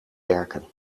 werken